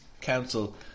Council